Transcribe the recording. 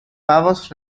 pavos